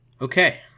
Okay